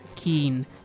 Keen